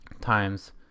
times